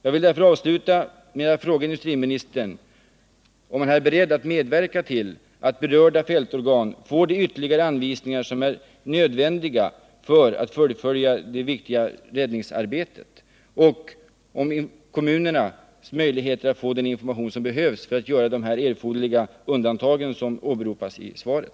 Jag vill avsluta med att ställa följande frågor: Är industriministern beredd att medverka till att berörda fältorgan får de ytterligare anvisningar som tydligen är nödvändiga för ett fullföljande av det viktiga räddningsarbetet? Kommer kommunerna att få den information som behövs för att de skall kunna göra de erforderliga undantag som åberopas i svaret?